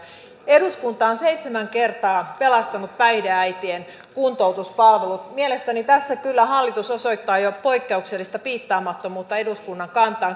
eduskunta on seitsemän kertaa pelastanut päihdeäitien kuntoutuspalvelut mielestäni tässä kyllä hallitus osoittaa jo poikkeuksellista piittaamattomuutta eduskunnan kantaan